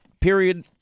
period